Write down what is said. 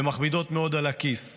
ומכבידות מאוד על הכיס.